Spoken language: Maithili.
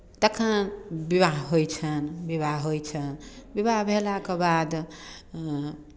तखन विवाह होइ छनि विवाह होइ छनि विवाह भेलाके बाद